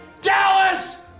Dallas